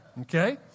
Okay